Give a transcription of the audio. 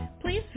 Please